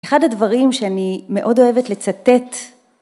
אחד הדברים שאני מאוד אוהבת לצטט